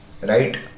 Right